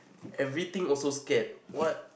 everything also scared what